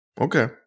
Okay